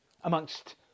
amongst